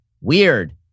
Weird